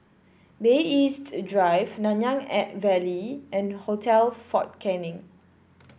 Bay East Drive Nanyang at Valley and Hotel Fort Canning